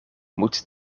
moet